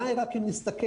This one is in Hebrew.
די רק אם נסתכל,